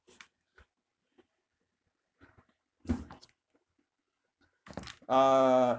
uh